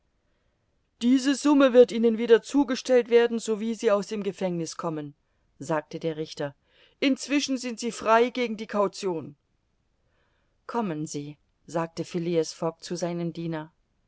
diese summe wird ihnen wieder zugestellt werden so wie sie aus dem gefängniß kommen sagte der richter inzwischen sind sie frei gegen die caution kommen sie sagte phileas fogg zu seinem diener